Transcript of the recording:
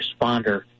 responder